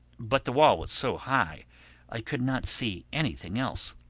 but the wall was so high i could not see anything else.